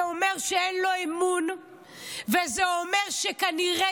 זה אומר שאין לו אמון וזה אומר שכנראה